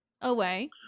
away